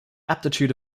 aptitude